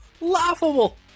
laughable